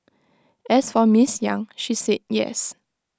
as for miss yang she said yes